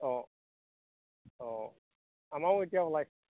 অঁ অঁ আমাৰো এতিয়া ওলাই